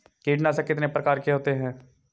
कीटनाशक कितने प्रकार के होते हैं?